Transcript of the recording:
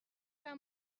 que